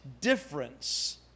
difference